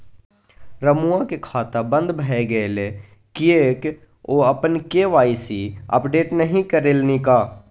रमुआक खाता बन्द भए गेलै किएक ओ अपन के.वाई.सी अपडेट नहि करेलनि?